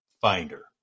finder